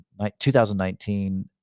2019